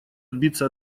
отбиться